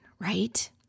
right